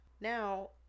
now